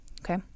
Okay